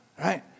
right